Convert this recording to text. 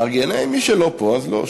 מרגי איננו, מרגי, מי שלא פה אז לא.